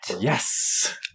Yes